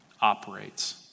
operates